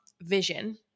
vision